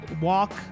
walk